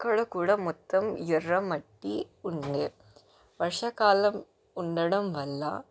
అక్కడ కూడా మొత్తం ఎర్ర మట్టి ఉండే వర్షాకాలం ఉండడం వల్ల